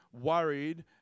worried